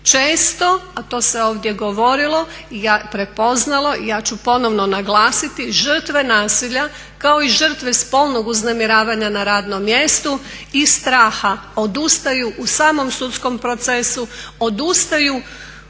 Često, a to se ovdje govorilo, prepoznalo. I ja ću ponovno naglasiti, žrtve nasilja kao i žrtve spolnog uznemiravanja na radnom mjestu i straha odustaju u samom sudskom procesu, odustaju